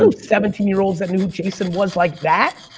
so seventeen year olds that knew jason was like that,